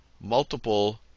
multiple